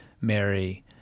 Mary